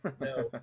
no